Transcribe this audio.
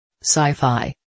Sci-fi